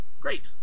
great